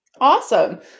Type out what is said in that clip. Awesome